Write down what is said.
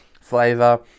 flavor